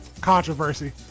controversy